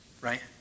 right